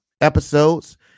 episodes